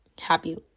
happy